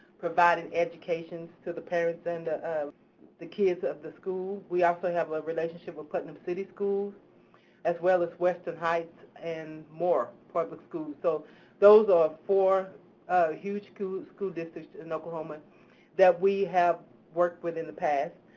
providing educations to the parents and ah um the kids of the school. we also have a relationship with platinum city schools as well as western heights and moore public school. so those are four huge schools, school districts in oklahoma that we have worked with in the past.